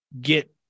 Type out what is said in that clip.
get